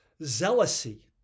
zealousy